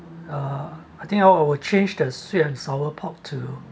uh I think I'll change the sweet and sour pork to